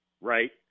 right